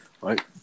right